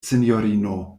sinjorino